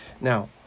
Now